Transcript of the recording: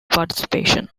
participation